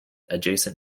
adjacent